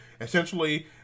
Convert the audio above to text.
Essentially